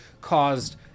caused